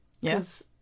Yes